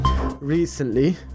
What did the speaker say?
recently